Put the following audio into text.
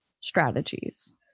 strategies